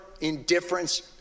indifference